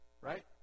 right